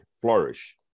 flourish